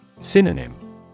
Synonym